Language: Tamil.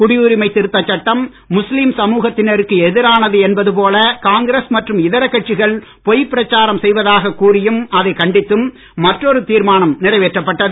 குடியுரிமை திருத்தச் சட்டம் முஸ்லீம் சமூகத்தினருக்கு எதிரானது என்பது போல காங்கிரஸ் மற்றும் இதர கட்சிகள் பொய்ப் பிரச்சாரம் செய்வதாகக் கூறியும் அதைக் கண்டித்தும் மற்றொரு தீர்மானம் நிறைவேற்றப்பட்டது